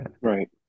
Right